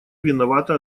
виновато